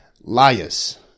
Liars